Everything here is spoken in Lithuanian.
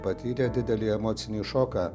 patyrė didelį emocinį šoką